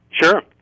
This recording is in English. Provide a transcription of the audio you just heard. Sure